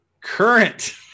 Current